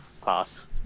class